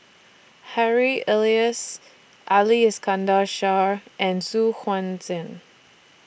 Harry Elias Ali Iskandar Shah and Su Huan Zhen